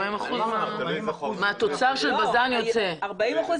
40 אחוזים הם יצוא?